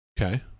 okay